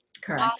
correct